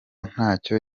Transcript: ntacyo